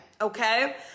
Okay